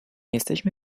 jesteśmy